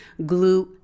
glute